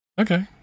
Okay